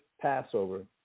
Passover